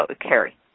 carry